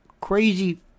crazy